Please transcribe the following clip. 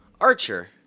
Archer